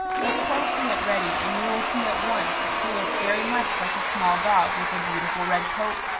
look closely at reddy and you will see at once that he looks very much like a small dog with a beautiful red coat,